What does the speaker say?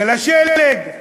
של השלג.